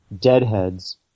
deadheads